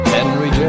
Henry